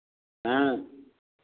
हाँ